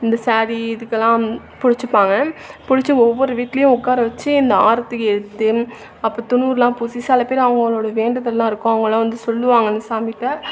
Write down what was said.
இந்த சாரீ இதுக்கெலாம் பிடிச்சிப்பாங்க பிடிச்சி ஒவ்வொரு வீட்லேயும் உட்கார வச்சி இந்த ஆரத்தி எடுத்து அப்போ தின்னூறுலாம் பூசி சில பேர் அவங்கவங்களோடைய வேண்டுதல்லாம் இருக்கும் அவங்களாம் வந்து சொல்லுவாங்க அந்த சாமிகிட்ட